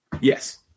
Yes